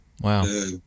Wow